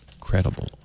credible